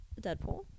Deadpool